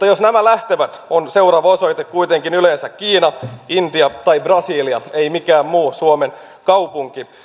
jos nämä lähtevät on seuraava osoite kuitenkin yleensä kiina intia tai brasilia ei mikään muu suomen kaupunki